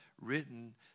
written